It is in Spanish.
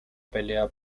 pelea